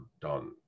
done